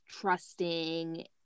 trusting